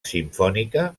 simfònica